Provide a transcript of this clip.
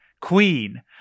Queen